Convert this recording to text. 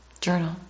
journal